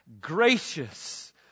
gracious